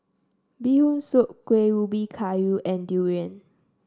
Bee Hoon Soup Kuih Ubi Kayu and Durian